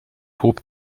hob